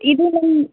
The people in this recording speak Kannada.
ಇದು ನಮ್ಮ